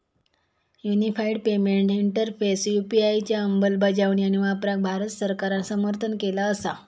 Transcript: unified payments interface UPI च्या अंमलबजावणी आणि वापराक भारत सरकारान समर्थन केला असा